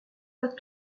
pas